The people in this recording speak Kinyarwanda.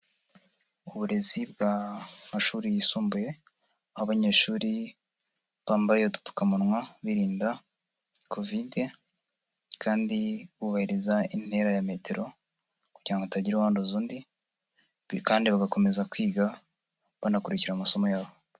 Uburezi bw'amashuri yisumbuye, aho abanyeshuri bambaye udupfukamunwa birinda Kovide, kandi bubahiriza intera ya metero, kugira ngo hatagira uwanduza undi, kandi bagakomeza kwiga banakurikikira amasomo yabo.